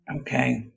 Okay